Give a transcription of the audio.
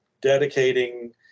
dedicating